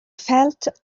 felt